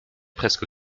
presque